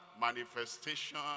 manifestation